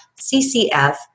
CCF